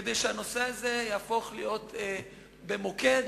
כדי שהנושא הזה יהפוך להיות במוקד